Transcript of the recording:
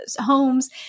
homes